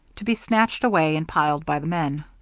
to be snatched away and piled by the men.